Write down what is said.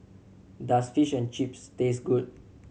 does Fish and Chips taste good